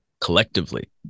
collectively